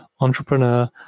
Entrepreneur